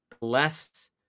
less